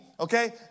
Okay